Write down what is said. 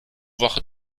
woche